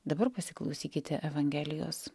dabar pasiklausykite evangelijos